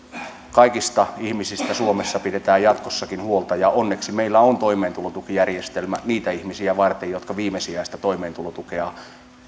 kaikista ihmisistä suomessa pidetään jatkossakin huolta ja onneksi meillä on toimeentulotukijärjestelmä niitä ihmisiä varten jotka viimesijaista toimeentulotukea